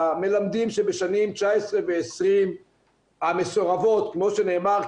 מלמדים שבשנים 2019 ו-2020 המסורבות כמו שנאמר,